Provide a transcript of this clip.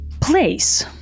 place